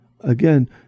Again